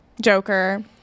Joker